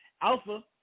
alpha